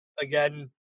again